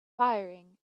firing